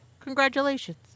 Congratulations